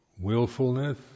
willfulness